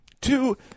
Two